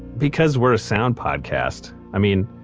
because we're a sound podcast i mean,